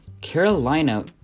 Carolina